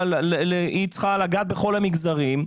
היא צריכה לגעת בכל המגזרים.